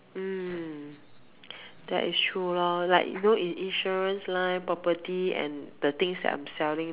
mm that is true loh like you know in insurance line property and the things that I am selling